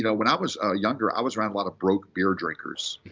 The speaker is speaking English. yeah when i was ah younger, i was around a lot of broke beer drinkers.